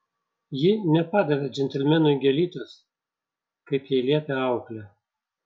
ji nepadavė džentelmenui gėlytės kaip jai liepė auklė